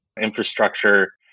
infrastructure